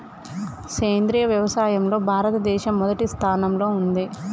సేంద్రియ వ్యవసాయంలో భారతదేశం మొదటి స్థానంలో ఉంది